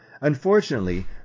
Unfortunately